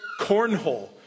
cornhole